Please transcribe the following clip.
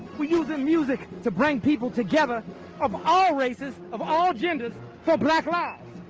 we're using music to bring people together of all races, of all genders for black lives.